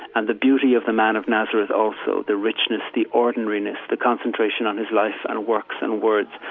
and the beauty of the man of nazarus, also, the richness, the ordinariness, the concentration on his life and works and words.